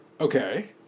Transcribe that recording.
Okay